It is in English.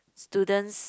students